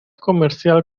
comercial